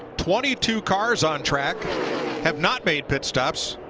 twenty two cars on track have not made pit stops.